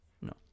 no